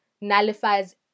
nullifies